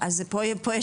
זה טיפה בים.